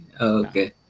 Okay